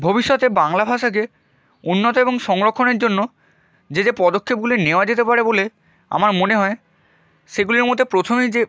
ভবিষ্যতে বাংলা ভাষাকে উন্নত এবং সংরক্ষণের জন্য যে যে পদক্ষেপগুলি নেওয়া যেতে পারে বলে আমার মনে হয় সেগুলির মধ্যে প্রথমে যে